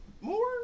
more